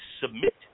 submit